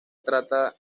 trata